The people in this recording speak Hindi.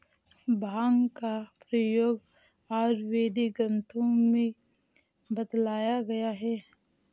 भाँग का प्रयोग आयुर्वेदिक ग्रन्थों में बतलाया गया है